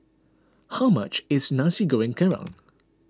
how much is Nasi Goreng Kerang